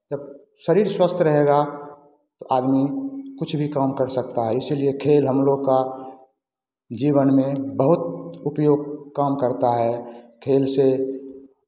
जब शरीर स्वस्थ रहेगा तो आदमी कुछ भी काम कर सकता है इसीलिए खेल हम लोग का जीवन में बहुत उपयुक्त काम करता है खेल से